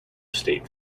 state